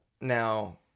now